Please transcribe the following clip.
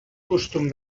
costum